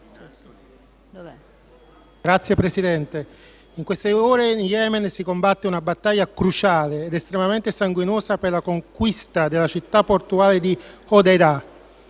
Signor Presidente, in queste ore in Yemen si combatte una battaglia cruciale ed estremamente sanguinosa per la conquista della città portuale di Hodeidah.